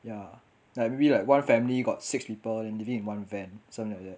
ya like maybe like one family got six people and living in one van something like that